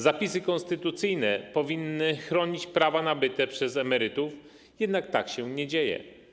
Zapisy konstytucyjne powinny chronić prawa nabyte przez emerytów, jednak tak się nie dzieje.